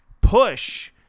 push